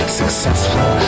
successful